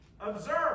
observe